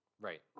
Right